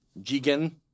Jigen